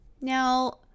Now